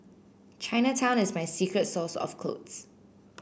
Chinatown is my secret source of clothes